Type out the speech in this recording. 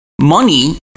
Money